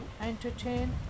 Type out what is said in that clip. entertain